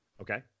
Okay